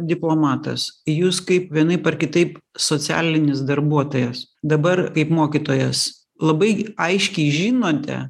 diplomatas jūs kaip vienaip ar kitaip socialinis darbuotojas dabar kaip mokytojas labai aiškiai žinote